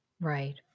Right